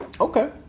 Okay